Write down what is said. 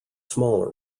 smaller